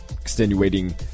extenuating